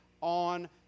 on